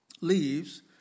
leaves